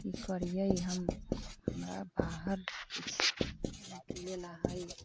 की करियै हम हमरा बाहर निकलेला है